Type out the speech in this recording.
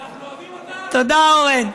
אנחנו אוהבים אותך, תודה, אורן.